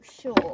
sure